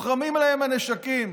מוחרמים להם הנשקים.